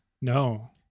No